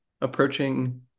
approaching